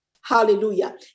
Hallelujah